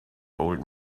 old